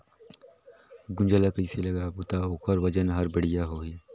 गुनजा ला कइसे लगाबो ता ओकर वजन हर बेडिया आही?